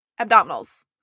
abdominals